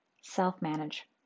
self-manage